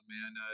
man